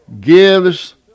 gives